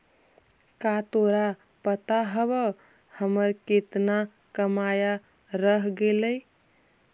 का तोरा पता हवअ हमर केतना बकाया रह गेलइ